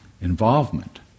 involvement